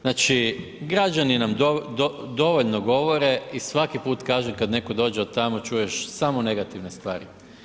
Znači građani nam dovoljno govore i svaki put kaže kada netko dođe od tamo čuješ samo negativne stvari.